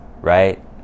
right